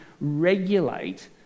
regulate